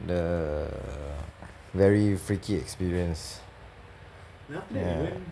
the very freaky experience ya